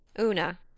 Una